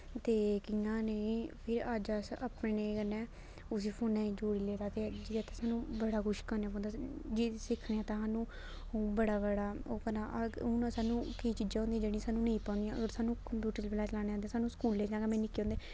ते कि यां नेईं फिर अज्ज अस अपने कन्नै उस्सी फोना ही जोड़ी लेदा ते जि'यां कि सानूं बड़ा कुछ करने पैंदा जे सिक्खने तेआनूं बड़ा बड़ा ओह् करना अग हून सानूं केई चीजां होंदियां जेह्ड़ियां सानूं नेईं पता होंदियां अगर सानूं कंप्यूटर बगैरा चलाने आंदे सानूं स्कूल च गै मैं निक्के होंदे